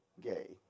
gay